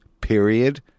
Period